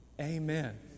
Amen